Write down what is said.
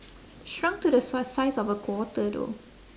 shrunk to the size size of a quarter though